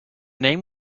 name